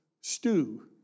stew